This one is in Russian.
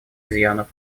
изъянов